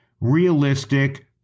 realistic